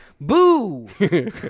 boo